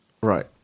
right